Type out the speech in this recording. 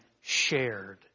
shared